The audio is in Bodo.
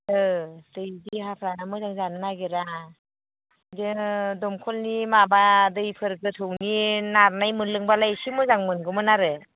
ओह दै देहाफ्रानो मोजां जानो नागिरा बिदिनो दमखलनि माबा दैफोर गोथौनि नारनाय मोनलोंबालाय एसे मोजां मोनगौमोन आरो